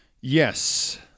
Yes